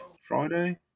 Friday